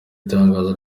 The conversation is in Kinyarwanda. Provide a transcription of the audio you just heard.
tangazo